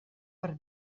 per